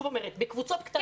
בקבוצות קטנות.